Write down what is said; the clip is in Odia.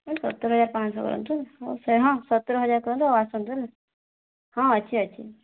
ହଁ ସତ୍ର ହଜାର୍ ପାଁଶହ କରନ୍ତୁ ହଉ ହଁ ସତ୍ର ହଜାର୍ କରନ୍ତୁ ହଉ ଆସନ୍ତୁ ହେଲା ହଁ ଅଛି ଅଛି